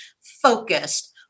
focused